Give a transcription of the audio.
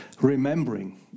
Remembering